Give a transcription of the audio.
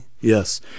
Yes